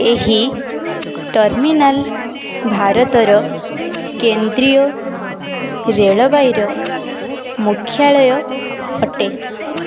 ଏହି ଟର୍ମିନାଲ୍ ଭାରତର କେନ୍ଦ୍ରୀୟ ରେଳବାଇର ମୁଖ୍ୟାଳୟ ଅଟେ